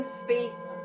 space